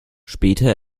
später